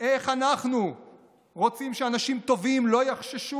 איך אנחנו רוצים שאנשים טובים לא יחששו